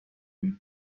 qui